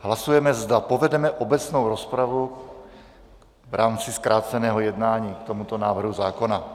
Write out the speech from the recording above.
Hlasujeme, zda povedeme obecnou rozpravu v rámci zkráceného jednání k tomuto návrhu zákona.